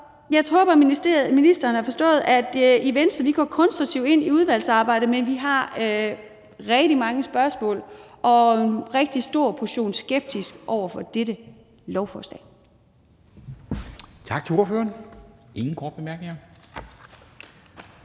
jeg håber, at ministeren har forstået, at Venstre går konstruktivt ind i udvalgsarbejdet, men vi har rigtig mange spørgsmål og en rigtig stor portion skepsis over for dette lovforslag.